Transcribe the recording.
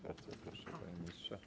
Bardzo proszę, panie ministrze.